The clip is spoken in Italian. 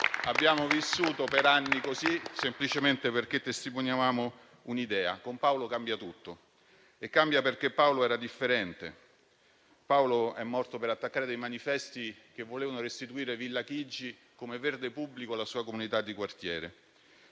Abbiamo vissuto per anni così, semplicemente perché testimoniavamo un'idea. Con Paolo è cambiato tutto, perché Paolo era differente: è morto per attaccare manifesti che volevano restituire Villa Chigi come verde pubblico alla sua comunità di quartiere.